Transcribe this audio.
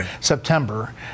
September